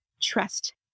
trust